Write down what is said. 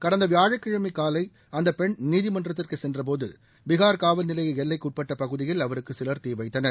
கடந்த வியாழக்கிழமை காலை அந்த பெண் நீதிமன்றத்திற்கு சென்ற போது பிகார் காவல் நிலைய எல்லைக்கு உட்பட்ட பகுதியில் அவருக்கு சிவர் தீ வைத்தனர்